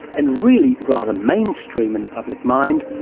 and really rather mainstream in the public mind,